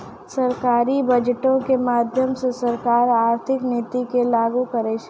सरकारी बजटो के माध्यमो से सरकार आर्थिक नीति के लागू करै छै